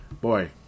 Boy